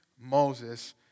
Moses